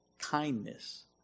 kindness